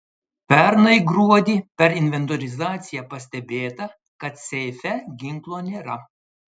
pernai gruodį per inventorizaciją pastebėta kad seife ginklo nėra